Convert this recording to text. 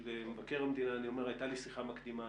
למבקר המדינה אני אומר - הייתה לי שיחה מקדימה